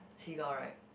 seagull right